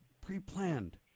pre-planned